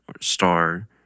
star